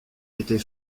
était